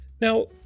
Now